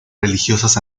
religiosas